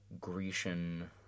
Grecian